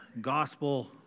gospel